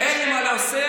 אין לי מה לבשר,